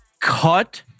cut